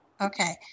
okay